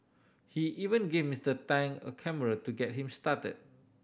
he even gave Mister Tang a camera to get him started